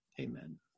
amen